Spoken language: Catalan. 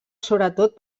sobretot